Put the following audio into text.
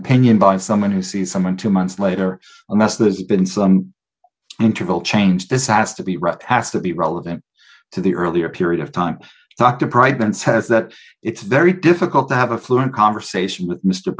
in by someone who sees someone two months later unless there's been some interval change this has to be right has to be relevant to the earlier period of time dr pride been says that it's very difficult to have a fluent conversation with m